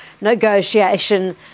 negotiation